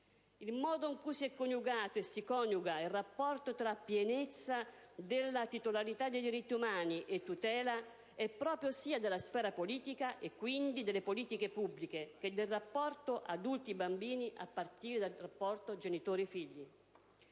Il modo in cui si è coniugato e si coniuga il rapporto tra pienezza della titolarità dei diritti umani e tutela è proprio sia della sfera della politica, e quindi delle politiche pubbliche, che del rapporto adulti-bambini a partire dal rapporto genitori-figli.